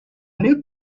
new